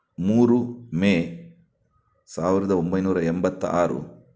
ಮೂರು ಮೇ ಸಾವಿರದ ಒಂಬೈನೂರ ಎಂಬತ್ತಾರು